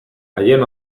haien